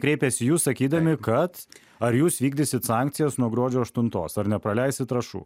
kreipėsi į jus sakydami kad ar jūs vykdysit sankcijas nuo gruodžio aštuntos ar nepraleisit trąšų